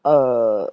err